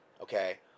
Okay